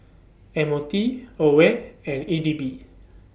M O T AWARE and E D B